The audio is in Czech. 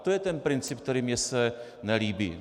To je ten princip, který mně se nelíbí.